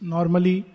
Normally